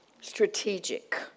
strategic